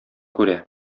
күрә